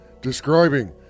describing